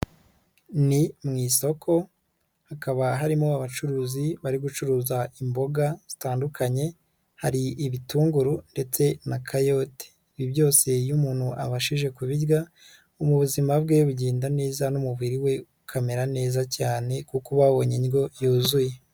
Ni mu isoko hakaba harimo abacuruzi bari gucuruza imboga zitandukanye, hari ibitunguru ndetse na kayote, ibi byose iyo umuntu abashije kubirya, ubuzima bwe bugenda neza n'umubiri we ukamera neza cyane kuko uba wabonye indyo yuzuye.